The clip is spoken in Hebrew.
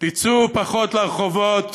תצאו פחות לרחובות